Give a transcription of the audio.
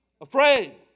afraid